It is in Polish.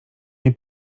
jej